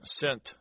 sent